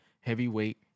heavyweight